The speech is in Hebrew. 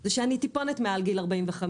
הוא שאני טיפונת מעל גיל 45,